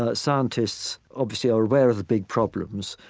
ah scientists obviously are aware of the big problems,